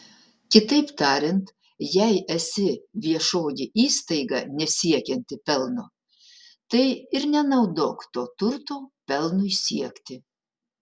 kitaip tariant jei esi viešoji įstaiga nesiekianti pelno tai ir nenaudok to turto pelnui siekti